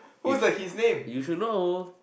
if if you know